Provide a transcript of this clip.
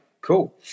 cool